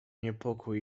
niepokój